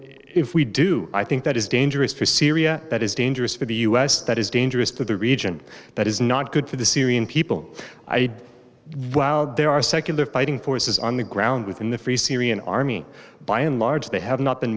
if we do i think that is dangerous for syria it is dangerous for the us that is dangerous to the region that is not good for the syrian people i made while there are secular fighting forces on the ground within the free syrian army by and large they have not been